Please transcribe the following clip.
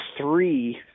three